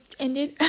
ended